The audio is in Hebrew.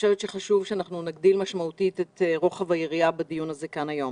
חשוב שאנחנו נגדיל משמעותית את רוחב היריעה בדיון הזה היום.